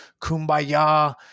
kumbaya